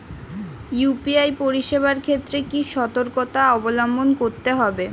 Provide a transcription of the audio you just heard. UPI পরিসেবার ক্ষেত্রে কি সতর্কতা অবলম্বন করতে হবে?